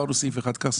אמרנו: סעיף אחד כך,